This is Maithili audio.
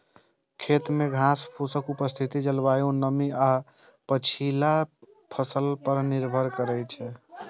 खेत मे घासफूसक उपस्थिति जलवायु, नमी आ पछिला फसल पर निर्भर करै छै